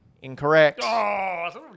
Incorrect